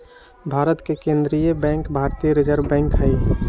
भारत के केंद्रीय बैंक भारतीय रिजर्व बैंक हइ